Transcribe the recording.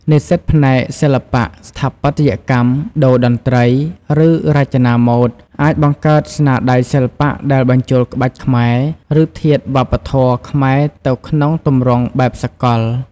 និស្សិតផ្នែកសិល្បៈ ស្ថាបត្យកម្ម តូរ្យតន្ត្រី ឬរចនាម៉ូដ អាចបង្កើត ស្នាដៃសិល្បៈ ដែលបញ្ចូលក្បាច់ខ្មែរ ឬធាតុវប្បធម៌ខ្មែរទៅក្នុងទម្រង់បែបសកល។